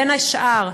בין השאר,